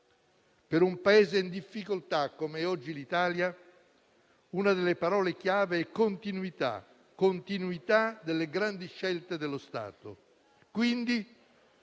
Per un Paese in difficoltà, come è oggi l'Italia, una delle parole chiave è continuità, continuità delle grandi scelte dello Stato. Un'uscita